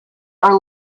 are